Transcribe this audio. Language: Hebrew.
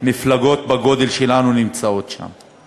מפלגות בגודל שלנו נמצאות שם,